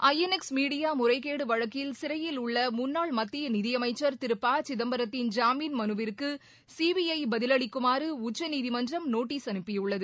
ஐ N X media முறைகேடு வழக்கில் சிறையில் உள்ள முன்னாள் மத்திய நிதியமைச்சா் திரு ப சிதப்பரத்தின் ஜாமீன் மனுவிற்கு சிபிஐ பதிலளிக்குமாறு உச்சநீதிமன்றம் நோட்டீஸ் அனுப்பியுள்ளது